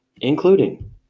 including